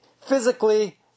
physically